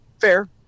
fair